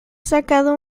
sacado